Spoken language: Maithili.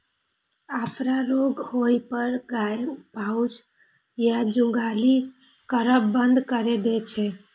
अफरा रोग होइ पर गाय पाउज या जुगाली करब बंद कैर दै छै